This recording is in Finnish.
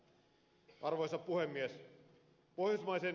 arvoisa puhemies